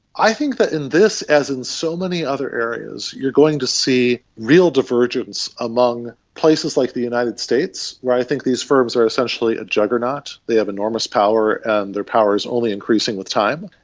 i think that in this, as in so many other areas, you're going to see real divergence among places like the united states, where i think these firms are essentially a juggernaut, they have enormous power and their power is only increasing with time.